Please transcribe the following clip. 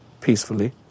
peacefully